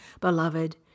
Beloved